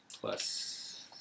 Plus